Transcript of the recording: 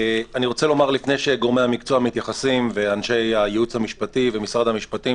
לפני שגורמי המקצוע ואנשי הייעוץ המשפטי ומשרד המשפטים יתייחסו,